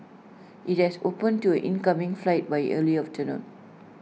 IT had opened to incoming flights by early afternoon